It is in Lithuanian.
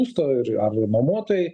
būsto ir ar nuomotojai